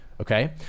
okay